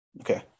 okay